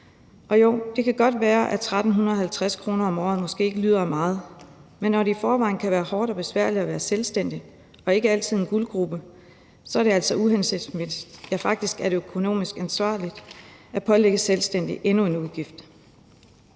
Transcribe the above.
Jo, det kan godt være, at 1.350 kr. om året måske ikke lyder af meget, men når det i forvejen kan være hårdt og besværligt at være selvstændig og det ikke altid er en guldgrube, er det altså uhensigtsmæssigt – faktisk er det økonomisk uansvarligt – at pålægge selvstændige endnu en udgift.